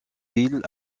villes